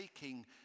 taking